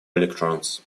electrons